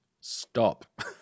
Stop